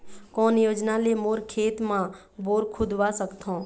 कोन योजना ले मोर खेत मा बोर खुदवा सकथों?